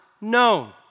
known